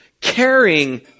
caring